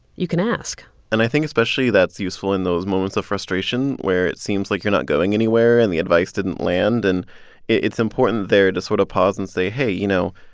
you can ask and i think, especially, that's useful in those moments of frustration where it seems like you're not going anywhere and the advice didn't land. and it's important there to sort of pause and say, hey, you know,